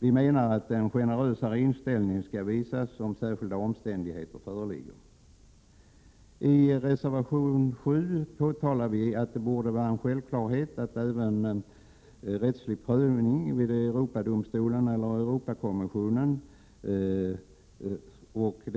Vi menar att en generösare inställning skall visas om särskilda omständigheter föreligger. I reservation 7 påtalar vi att det borde vara en självklarhet att det även vid rättslig prövning vid Europadomstolen eller Europakommissionen